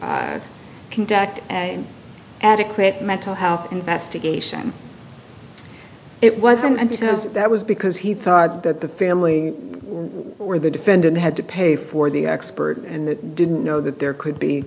conduct an adequate mental health investigation it wasn't until that was because he thought that the failing where the defendant had to pay for the expert and didn't know that there could be